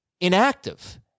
inactive